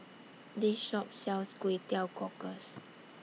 This Shop sells Kway Teow Cockles